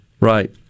right